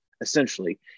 essentially